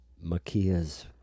Makia's